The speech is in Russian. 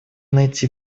найти